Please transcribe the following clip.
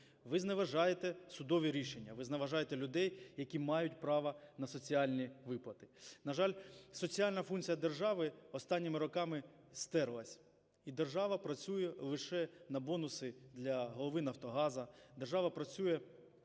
Ви зневажаєте судові рішення, ви зневажаєте людей, які мають право на соціальні виплати. На жаль, соціальна функція держави останніми роками стерлась, і держава працює лише на бонуси для голови "Нафтогазу",